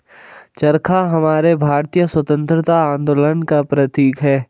चरखा हमारे भारतीय स्वतंत्रता आंदोलन का प्रतीक है